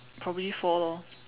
probably four lor